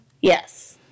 Yes